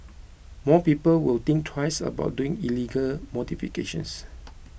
more people will think twice about doing illegal modifications